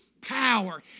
Power